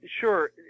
sure